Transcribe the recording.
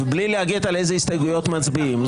בלי להגיד על איזה הסתייגויות מצביעים.